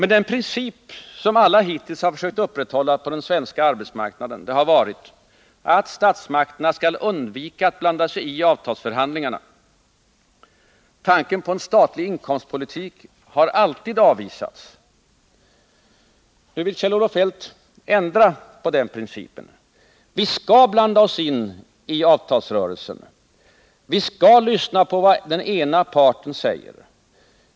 Den princip som alla hittills sökt upprätthålla på den svenska arbetsmarknaden har varit att statsmakterna skall undvika att blanda sig i avtalsförhandlingarna. Tanken på en statlig inkomstpolitik har alltid avvisats. Nu vill Kjell-Olof Feldt ändra på den principen. Vi skall blanda oss i avtalsrörelsen. Vi skall lyssna på vad den ena parten säger.